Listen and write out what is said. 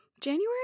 January